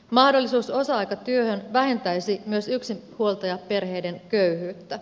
mahdollisuus osa aikatyöhön vähentäisi myös yksinhuoltajaperheiden köyhyyttä